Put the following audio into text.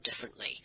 differently